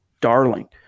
darling